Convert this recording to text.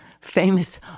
famous